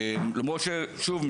שוב,